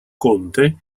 conte